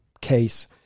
case